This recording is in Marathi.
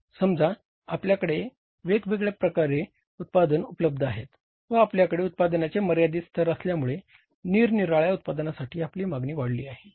समजा आपल्याकडे वेगवेगळे उत्पादन उपलब्ध आहेत व आपल्याकडे उत्पन्नाचे मर्यादित स्तर असल्यामुळे निरनिराळ्या उत्पादनांसाठी आपली मागणी वाढली आहे